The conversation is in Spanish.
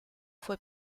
fue